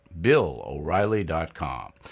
BillOReilly.com